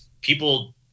people